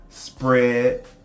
Spread